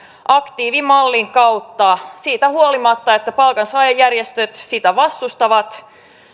aktiivimallin kautta siitä huolimatta että palkansaajajärjestöt sitä vastustavat